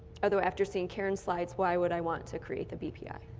although after seeing karon's slides, why would i want to create the bpi.